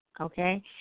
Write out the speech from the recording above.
okay